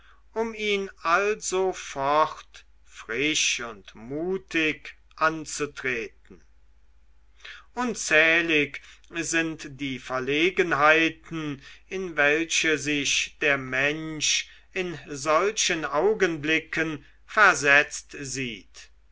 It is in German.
um ihn alsofort frisch und mutig anzutreten unzählig sind die verlegenheiten in welche sich der mensch in solchen augenblicken versetzt sieht